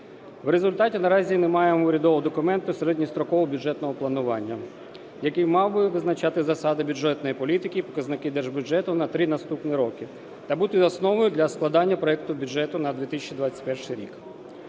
В результаті наразі немає урядового документа середньострокового бюджетного планування, який мав би визначати засади бюджетної політики, показники держбюджету на 3 наступні роки та бути основою для складання проекту бюджету на 2021 рік.